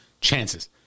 Chances